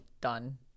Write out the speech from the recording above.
done